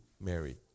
Mary